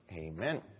Amen